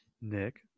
Nick